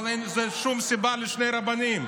אבל אין שום סיבה לשני רבנים.